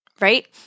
right